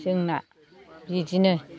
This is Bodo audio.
जोंना बिदिनो